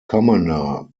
commoner